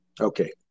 Okay